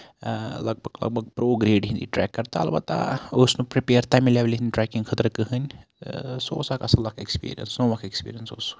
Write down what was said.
لگ بگ لگ بگ پرو گریڈ ہِندۍ ٹریکَر تہٕ البتہ اوس نہٕ پرپیر تَمہِ لیولہِ ہِندۍ ٹریکِنگ خٲطرٕ کٕہٕنۍ سُہ اوس اکھ اَصٕل اکھ اٮ۪کسپِرینٕس نوٚو اکھ ایکٕپرینٕس اوس سُہ